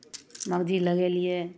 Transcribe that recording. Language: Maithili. मगजी लगेलियै